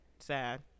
sad